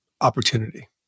opportunity